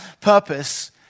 purpose